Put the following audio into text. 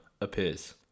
appears